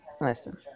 listen